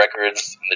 records